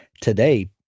today